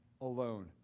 alone